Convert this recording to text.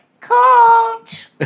Coach